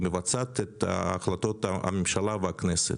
היא מבצעת את החלטות הממשלה והכנסת.